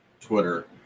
Twitter